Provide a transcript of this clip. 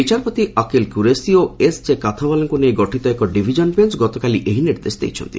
ବିଚାରପତି ଅକିଲ୍ କ୍ରରେସି ଓ ଏସ୍ଜେ କାଥାୱାଲାଙ୍କ ନେଇ ଗଠିତ ଏକ ଡିଭିଜନ୍ ବେଞ୍ ଗତକାଲି ଏହି ନିର୍ଦ୍ଦେଶ ଦେଇଛନ୍ତି